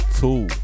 two